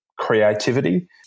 creativity